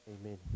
Amen